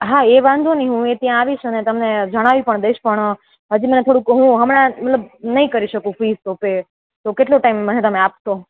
હાં એ વાંધો નહીં હું ત્યાં આવીશ અને તમને જણાવી પણ દઈશ પણ હજી થોડુક હમણાં મતલબ નહીં કરી શકું ફી તો પે તો કેટલો ટાઈમ તમે મને આપશો